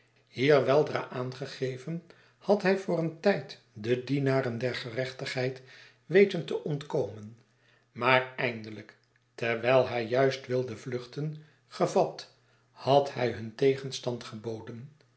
hier weldra aangegeven had hij voor een tijd de dienaren der gerechtigheid weten te ontkomen maar eindelijk terwijl hij juist wilde vluchten gevat had hij hun tegenstand geboden